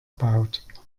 baut